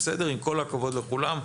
עם כל הכבוד לכולם,